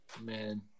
Man